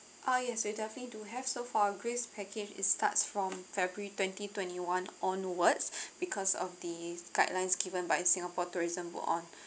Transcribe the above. uh yes we definitely do have so for our greece package it starts from february twenty twenty one onwards because of the guidelines given by singapore tourism put on